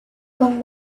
con